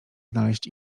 znaleźć